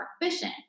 efficient